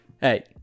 hey